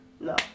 No